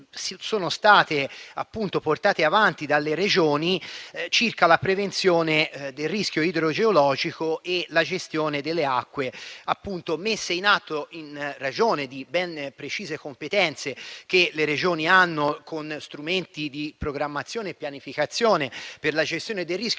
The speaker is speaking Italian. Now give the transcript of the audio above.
sono state portate avanti dalle Regioni relativamente alla prevenzione del rischio idrogeologico e la gestione delle acque, in ragione di ben precise competenze che le Regioni hanno, con strumenti di programmazione e pianificazione per la gestione del rischio